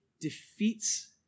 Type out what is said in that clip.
defeats